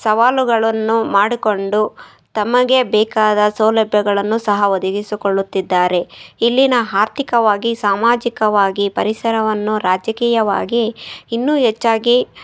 ಸವಾಲುಗಳನ್ನು ಮಾಡಿಕೊಂಡು ತಮಗೆ ಬೇಕಾದ ಸೌಲಭ್ಯಗಳನ್ನು ಸಹ ಒದಗಿಸಿಕೊಳ್ಳುತ್ತಿದ್ದಾರೆ ಇಲ್ಲಿನ ಆರ್ಥಿಕವಾಗಿ ಸಾಮಾಜಿಕವಾಗಿ ಪರಿಸರವನ್ನು ರಾಜಕೀಯವಾಗಿ ಇನ್ನೂ ಹೆಚ್ಚಾಗಿ